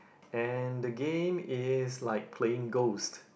and the game is like playing ghost